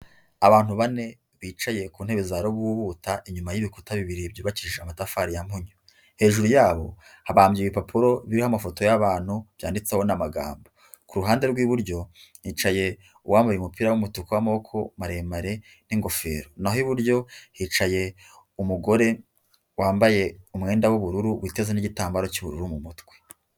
abantu bane bicaye ku ntebe za rububuta inyuma y'ibikuta birebire byubakishije amatafari ya mpunyu hejuru yabo habambye ibipapuro biriho amafoto y'abantu byanditseho n'amagambo kuruhande rw'iburyo hicaye uwambaye umupira wumutuku w'amaboko maremare n'ingofero naho iburyo hicaye umugore wambaye umwenda w'ubururu witeze n'igitambaro cy'ubururu mu mutwe